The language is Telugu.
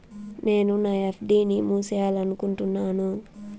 నేను నా ఎఫ్.డి ని మూసేయాలనుకుంటున్నాను